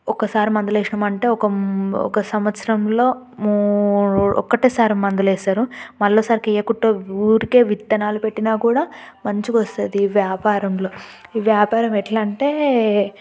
ఒక్కసారి మందులు వేసినామంటే ఒక ఒక సంవత్సరంలో మూ ఒక్కటేసారి మందులు వేస్తారు మళ్లాసారికి ఏయకుట్ట ఊరికే విత్తనాలు పెట్టినా కూడా మంచిగొస్తది వ్యాపారంలో ఈ వ్యాపారం ఎట్ల అంటే